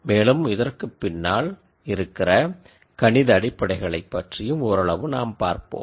மேலும் இதற்குப் பின்னால் இருக்கிற கணித அடிப்படைகளை பற்றியும் ஓரளவு நாம் பார்ப்போம்